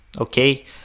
Okay